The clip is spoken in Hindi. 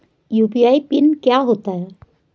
यु.पी.आई पिन क्या होता है?